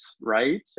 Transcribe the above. right